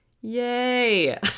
Yay